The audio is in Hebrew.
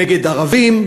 נגד ערבים,